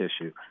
issue